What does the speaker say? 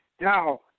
now